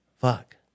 fuck